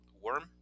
worm